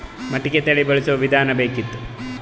ಮಟಕಿ ತಳಿ ಬಳಸುವ ವಿಧಾನ ಬೇಕಿತ್ತು?